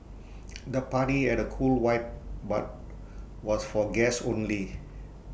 the party had A cool vibe but was for guests only